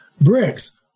bricks